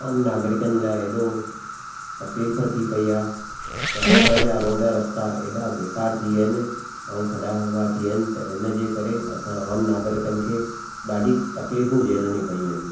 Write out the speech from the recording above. आमु नागरिकनि लाइ हे ऐॾो तकलीफ़ थी पइ आहे त हितां जा रोड रस्ता ऐॾा बेकार थी विया आहिनि ऐं खॾा खुॿा थी विया आहिनि त इन जे करे असां आम नागरिकनि खे ॾाढी तकलीफ़ू झेलणियूं पयूं आहिनि